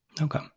Okay